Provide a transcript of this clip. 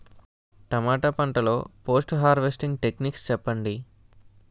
టమాటా పంట లొ post harvesting techniques చెప్పండి?